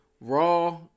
Raw